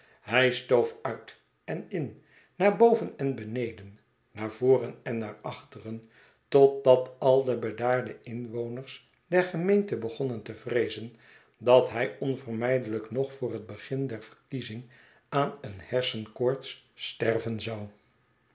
hij stoof uit en in naar boven en beneden naar voren en naar achteren totdat al de bedaarde inwoners der gemeente begonnen te vreezen dat hij onvermijdelijk nog voor het begin der verkiezing aan een hersenkoorts sterven zou